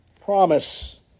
promise